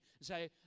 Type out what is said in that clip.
say